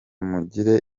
mugire